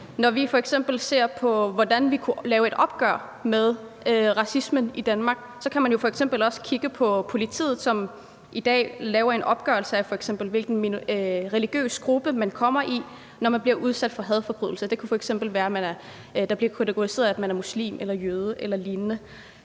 Når vi ser på, hvordan vi kunne lave et opgør med racismen i Danmark, kan man jo f.eks. også kigge på politiet, som i dag laver en opgørelse af, hvilken religiøs gruppe man kommer i, når man bliver udsat for hadforbrydelser. Det kunne f.eks. være, at man bliver kategoriseret som muslim eller jøde eller lignende.